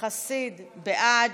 חסיד, בעד,